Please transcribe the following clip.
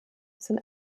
sind